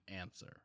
answer